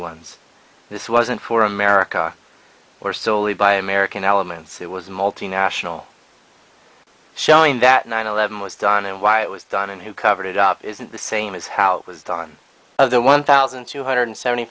ones this wasn't for america or solely by american elements it was multinational showing that nine eleven was done and why it was done and who covered it up isn't the same as how it was done of the one thousand two hundred seventy